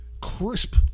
crisp